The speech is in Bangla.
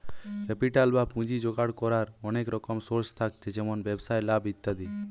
ক্যাপিটাল বা পুঁজি জোগাড় কোরার অনেক রকম সোর্স থাকছে যেমন ব্যবসায় লাভ ইত্যাদি